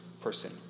person